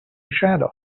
shadow